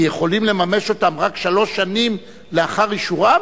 אפשר לממש אותן רק שלוש שנים לאחר אישורן?